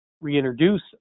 reintroduce